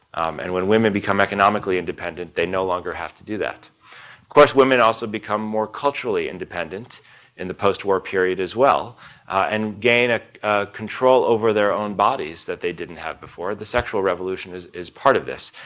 and when women become economically independent they no longer have to do that. of course, women also become more culturally independent in the post war period, as well. ah and gain a control over their own bodies that they didn't have before. the sexual revolution is is part of this.